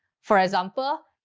for example,